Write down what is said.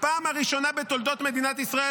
הפעם הראשונה בתולדות מדינת ישראל,